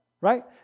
right